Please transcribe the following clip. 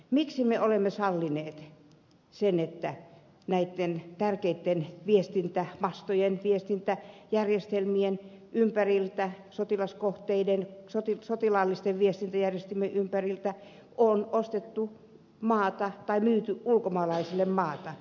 miksi me olemme sallineet sen että näitten tärkeitten viestintämastojen viestintäjärjestelmien ympäriltä sotilaallisten viestintäjärjestelmien ympäriltä on myyty ulkomaalaisille maata